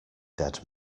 dead